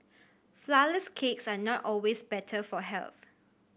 flourless cakes are not always better for health